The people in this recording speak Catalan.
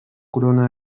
corona